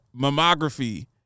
mammography